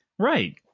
Right